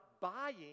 buying